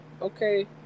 Okay